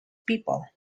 people